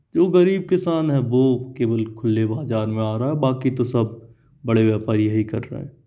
जो गरीब किसान हैं वो केवल खुले बाजार में आ रहा है बाकी तो सब बड़े व्यापारी यही कर रहे हैं